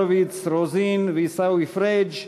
הורוביץ, רוזין ועיסאווי פריג'